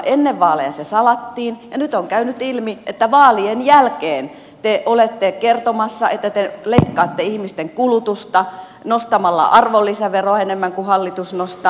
ennen vaaleja se salattiin ja nyt on käynyt ilmi että vaalien jälkeen te olette kertomassa että te leikkaatte ihmisten kulutusta nostamalla arvonlisäveroa enemmän kuin hallitus nostaa